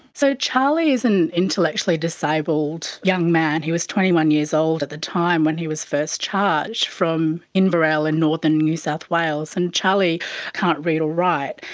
so charlie is an intellectually disabled young man who was twenty one years old at the time when he was first charged from inverell in northern new south wales, and charlie can't read or write.